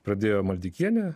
pradėjo maldeikienė